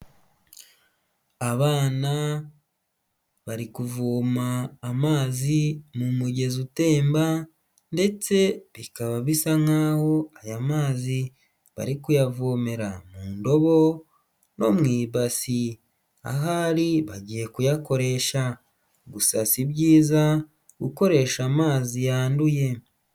Abana bari kuvoma amazi mu mugezi utemba, ndetse bikaba bisa nk'aho aya mazi bari kuyavomera mu ndobo no mu ibasi; ahari bagiye kuyakoresha, gusa sibyiza gukoresha amazi yanduye.